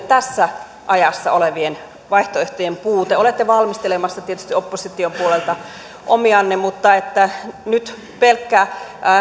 tässä ajassa olevien vaihtoehtojen puute olette valmistelemassa tietysti opposition puolelta omianne mutta nyt pelkkä